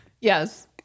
Yes